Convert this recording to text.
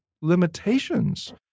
limitations